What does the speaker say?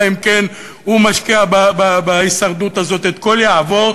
אלא אם כן הוא משקיע בהישרדות הזאת את כל יהבו,